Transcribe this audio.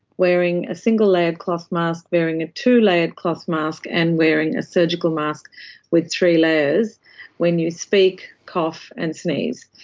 wearing a single-layer cloth mask, wearing a two-layered cloth mask, and wearing a surgical mask with three layers when you speak, cough and sneeze,